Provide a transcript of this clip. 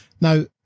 Now